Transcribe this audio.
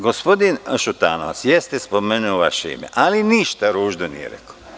Gospodin Šutanovac, jeste spomenuo vaše ime, ali ništa ružno nije rekao.